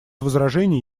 возражений